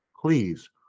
please